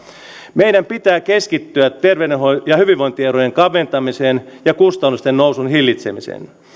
meidän pitää keskittyä terveys ja hyvinvointierojen kaventamiseen ja kustannusten nousun hillitsemiseen